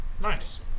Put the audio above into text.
nice